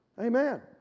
Amen